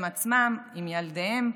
הם עצמם, עם ילדיהם,